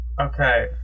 Okay